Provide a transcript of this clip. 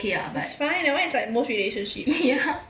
it's fine that one is like most relationships